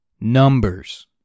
Numbers